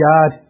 God